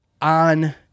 on